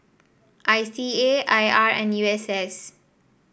I C A I R and U S S